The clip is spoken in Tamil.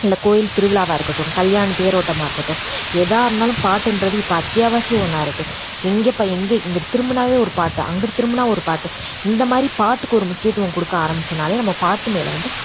இல்லை கோயில் திருவிழாவாக இருக்கட்டும் கல்யாண தேரோட்டமாக இருக்கட்டும் ஏதா இருந்தாலும் பாட்டுன்றது இப்போ அத்தியாவாசிய ஒன்றா இருக்குது எங்கே இப்போ எங்கே இங்கிட்டு திரும்பினாவே ஒரு பாட்டு அங்கிட்டு திரும்பினா ஒரு பாட்டு இந்த மாதிரி பாட்டுக்கு ஒரு முக்கியத்துவம் கொடுக்க ஆரம்மித்தோனாலே நம்ம பாட்டு மேல் வந்து